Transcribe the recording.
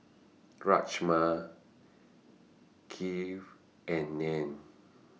Rajma Kheer and Naan